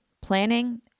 planning